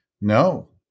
No